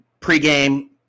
pregame